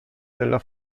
della